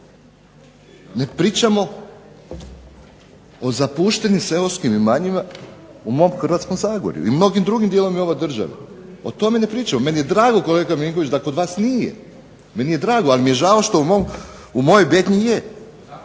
Ne pričamo o zapuštenim seoskim imanjima u mom Hrvatskom zagorju i mnogim drugim dijelovima ove države. O tome ne pričamo. Meni je drago kolega Milinković da kod vas nije, meni je drago, ali mi je žao što u mojoj Bednji je.